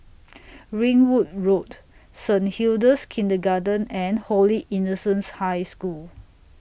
Ringwood Road Saint Hilda's Kindergarten and Holy Innocents' High School